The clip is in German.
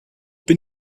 bin